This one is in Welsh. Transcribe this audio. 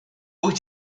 wyt